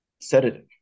sedative